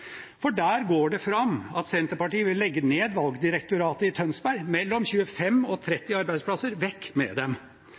For der går det fram at Senterpartiet vil legge ned Valgdirektoratet i Tønsberg, mellom 25 og